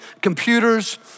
computers